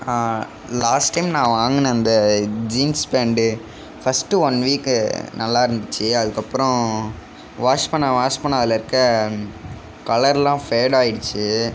last time நான் வாங்கின அந்த jeans pant first one week நல்லா இருந்துச்சு அதுக்கு அப்புறம் வாஷ் பண்ண வாஷ் பண்ண அதில் இருக்க கலர்லாம் ஃபேட் ஆயிடுச்சு